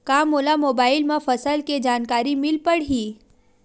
का मोला मोबाइल म फसल के जानकारी मिल पढ़ही?